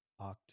Oct